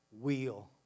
wheel